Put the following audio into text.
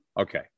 Okay